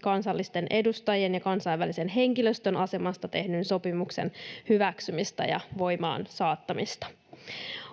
kansallisten edustajien ja kansainvälisen henkilöstön asemasta tehdyn sopimuksen hyväksymisestä ja voimaansaattamisesta.